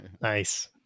Nice